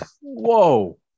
Whoa